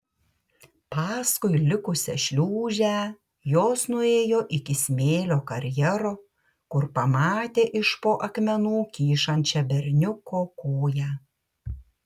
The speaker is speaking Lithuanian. paskui likusią šliūžę jos nuėjo iki smėlio karjero kur pamatė iš po akmenų kyšančią berniuko koją